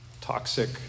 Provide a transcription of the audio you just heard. toxic